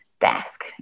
desk